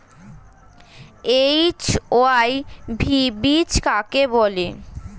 HYV বীজ কাকে বলে?